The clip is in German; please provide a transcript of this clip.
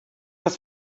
das